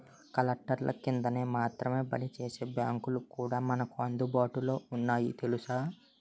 కలెక్టర్ల కిందన మాత్రమే పనిచేసే బాంకులు కూడా మనకు అందుబాటులో ఉన్నాయి తెలుసా